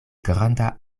granda